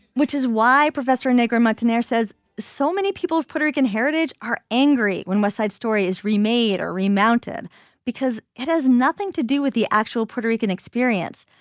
which is why professor negro martinez says so many people have puerto rican heritage are angry when west side story is remade or re mounted because it has nothing to do with the actual puerto rican experience.